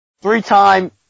Three-time